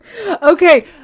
okay